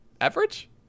average